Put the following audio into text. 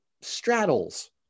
straddles